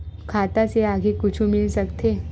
खाता से आगे कुछु मिल सकथे?